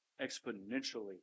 exponentially